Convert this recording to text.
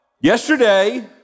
Yesterday